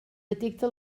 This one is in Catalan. detecte